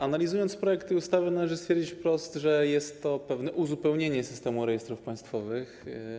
Analizując projekt tej ustawy, należy stwierdzić wprost, że jest to pewne uzupełnienie systemu rejestrów państwowych.